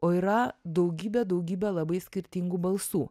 o yra daugybė daugybė labai skirtingų balsų